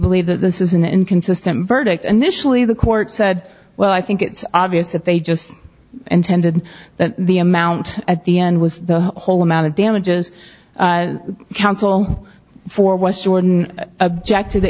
believe that this is an inconsistent verdict and this leave the court said well i think it's obvious that they just intended that the amount at the end was the whole amount of damages counsel for west jordan object to the